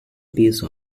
piece